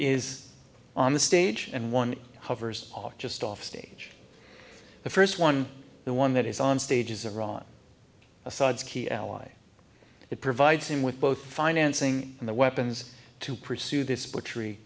is on the stage and one hovers just off stage the first one the one that is on stage is a wrong assad's key ally it provides him with both financing and the weapons to pursue this butchery